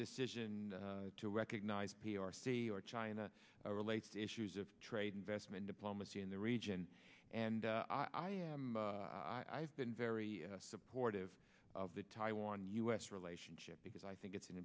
decision to recognize p r c or china relates issues of trade investment diplomacy in the region and i am i've been very supportive of the taiwan u s relationship because i think it's an